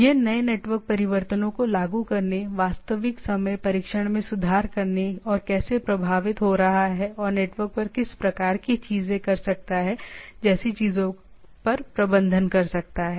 यह नए नेटवर्क परिवर्तनों को लागू करने वास्तविक समय परीक्षण में सुधार करने और कैसे प्रभावित हो रहा है और नेटवर्क पर किस प्रकार की चीजें कर सकता है जैसी चीजों का प्रबंधन कर सकता है